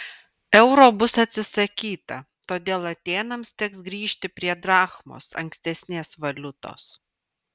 euro bus atsisakyta todėl atėnams teks grįžti prie drachmos ankstesnės valiutos